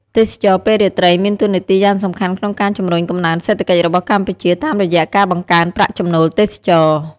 ទេសចរណ៍ពេលរាត្រី មានតួនាទីយ៉ាងសំខាន់ក្នុងការជំរុញកំណើនសេដ្ឋកិច្ចរបស់កម្ពុជា តាមរយៈការបង្កើនប្រាក់ចំណូលទេសចរណ៍។